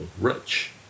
rich